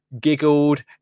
giggled